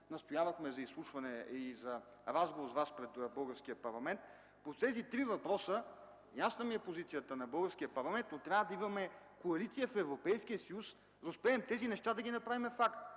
настоявахме за изслушване и за разговор с Вас пред българския парламент. По тези три въпроса ни е ясна позицията на българския парламент, но трябва да имаме коалиция в Европейския съюз, за да успеем да направим тези